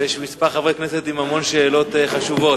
ויש פה כמה חברי כנסת עם המון שאלות חשובות.